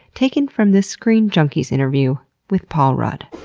taken from this screen junkies interview with paul rudd.